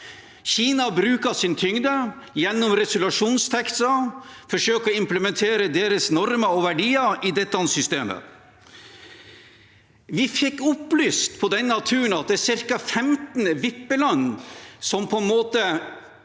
Kina bruker sin tyngde gjennom resolusjonstekster og forsøker å implementere sine normer og verdier i dette systemet. Vi fikk opplyst på denne turen at det er ca. 15 vippe-land som på en måte